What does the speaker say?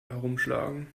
herumschlagen